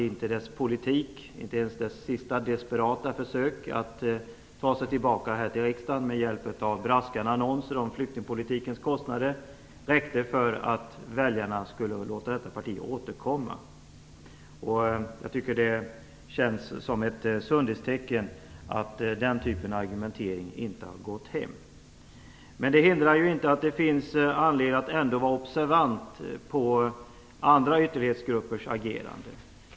Inte ens dess sista desperata försök att hålla sig kvar här i riksdagen med hjälp av braskande annonser om flyktingpolitikens kostnader räckte för att väljarna skulle låta partiet få sitta kvar här i riksdagen. Det är ett sundhetstecken att den typen av argumentering inte har gått hem. Men det hindrar ju inte att det finns anledning att ändå vara observant på andra ytterlighetsgruppers agerande.